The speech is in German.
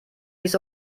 dies